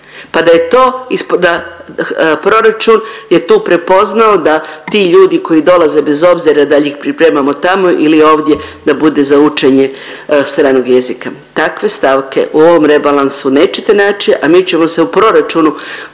pa da je to, da proračun je tu prepoznao da ti ljudi koji dolaze bez obzira dal ih pripremamo tamo ili ovdje da bude za učenje stranog jezika. Takve stavke u ovom rebalansu nećete naći, a mi ćemo se u proračunu koji